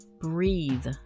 Breathe